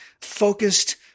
focused